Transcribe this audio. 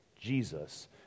Jesus